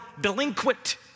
delinquent